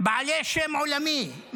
מעזה בעלי שם עולמי.